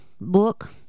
book